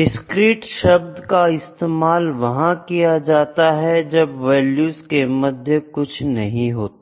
discrete शब्द का इस्तेमाल वहां किया जाता है जब वैल्यूज के मध्य कुछ नहीं होता